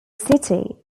city